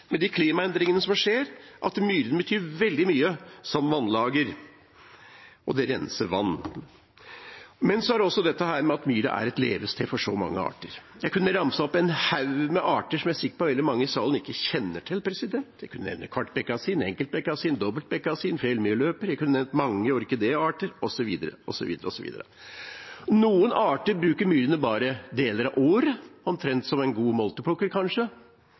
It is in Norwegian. med de klimaendringene som skjer, at myrene betyr veldig mye som vannlager, og de renser vann. Myra er også et levested for så mange arter. Jeg kunne ramse opp en haug med arter som jeg er sikker på at veldig mange i salen ikke kjenner til. Jeg kunne nevne kvartbekkasin, enkeltbekkasin, dobbeltbekkasin, fjellmyrløper, mange orkidéarter osv. Noen arter bruker myrene bare deler av året – omtrent som en god molteplukker kanskje